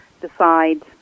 decide